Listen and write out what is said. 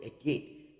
again